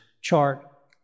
chart